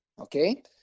okay